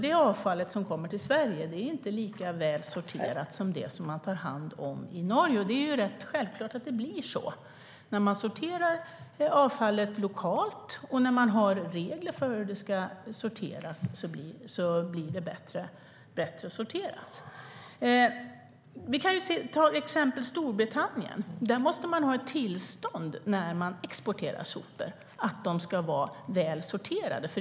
Det avfall som kommer till Sverige är inte lika väl sorterat som det som man tar hand om i Norge. Det är rätt självklart att det blir så. När man sorterar avfallet lokalt och man har regler för hur det ska sorteras blir det bättre sorterat. Vi kan ta exemplet Storbritannien. Där måste man ha ett tillstånd när man exporterar sopor. De ska vara väl sorterade.